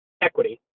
equity